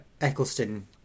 Eccleston